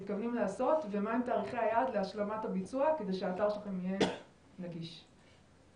מי צריך לעשות את זה, איך צריך לעשות את זה,